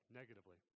negatively